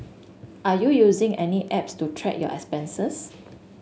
are you using any apps to track your expenses